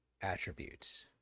attributes